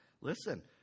Listen